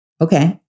Okay